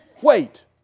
Wait